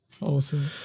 Awesome